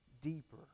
deeper